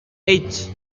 eight